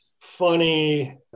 funny